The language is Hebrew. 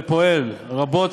ופועל רבות,